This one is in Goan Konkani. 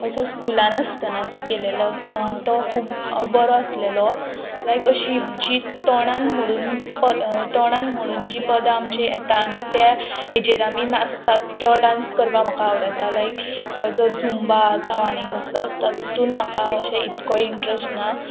असो स्कुलान आसतना असो केलेलो तो खूब बरो आसलेलो लायक अशी जी तोंडान म्हणून तोंडान म्हणून जी पदां आमची येता आनी त्या हेजेर आमी नाचतात तो डांस करपाक म्हाका आवडटा लायक ह्यो जो झुंबा जावं आनी कसलो आसता तितून म्हाका अशें इतको इंट्रस्ट ना